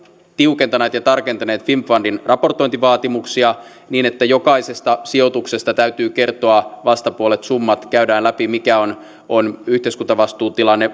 tiukentaneet ja tarkentaneet finnfundin raportointivaatimuksia niin että jokaisesta sijoituksesta täytyy kertoa vastapuolet summat käydään läpi mikä on on yhteiskuntavastuutilanne